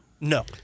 No